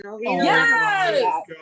Yes